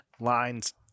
lines